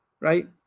right